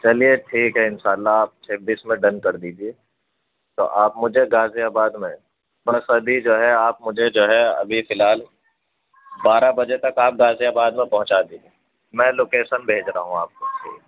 چلیے ٹھیک ہے ان شاء اللہ آپ چھبیس میں ڈن کر دیجیے تو آپ مجھے غازی آباد میں بس ابھی جو ہے آپ مجھے جو ہے ابھی فی الحال بارہ بجے تک آپ غازی آباد میں پہنچا دیجیے میں لوکیسن بھیج رہا ہوں آپ کو